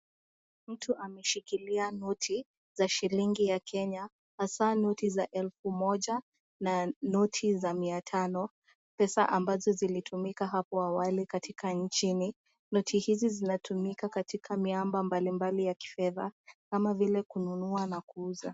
Mtu ameshikilia noti za shilingi ya Kenya hasa noti za elfu moja na noti za mia tano . Pesa ambazo zilitumika hapo awali katika nchini. Noti hizi zinatumika katika miamba mbali mbali ya kifedha kama vile kununua na kuuza.